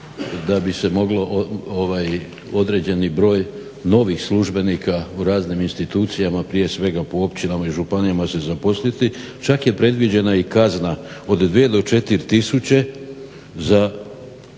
da bi se moglo određeni broj novih službenika u raznim institucijama prije svega po općinama i županijama se zaposliti, čak je predviđena i kazna od 2 do 4 tisuće